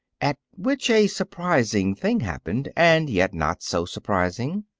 at which a surprising thing happened and yet, not so surprising.